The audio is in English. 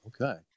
okay